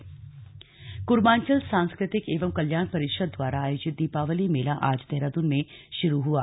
दीपावली मेला कूर्मांचल सांस्कृतिक एवं कल्याण परिषद द्वारा आयोजित दीपावली मेला आज देहरादून में शुरू हुआ